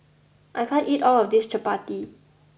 I can't eat all of this Chappati